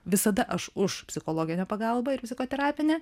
visada aš už psichologinę pagalbą ir psichoterapinę